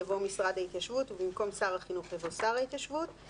יבוא "משרד ההתיישבות" ובמקום "שר החינוך" יבוא "שר ההתיישבות"".